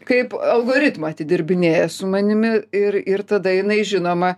kaip algoritmą atidirbinėja su manimi ir ir tada jinai žinoma